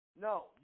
No